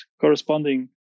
corresponding